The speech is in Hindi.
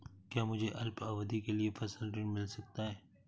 क्या मुझे अल्पावधि के लिए फसल ऋण मिल सकता है?